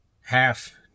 half